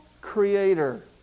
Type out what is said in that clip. creator